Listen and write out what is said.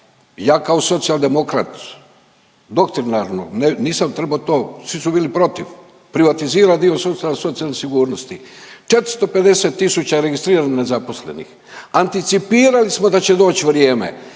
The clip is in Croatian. ja kao Socijaldemokrat…/Govornik se ne razumije./…ne nisam trebao to, svi su bili protiv, privatizirao dio sustava socijalne sigurnosti, 450 tisuća je registrirano nezaposlenih, anticipirali smo da će doć vrijeme